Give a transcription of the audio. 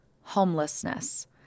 Homelessness